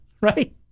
right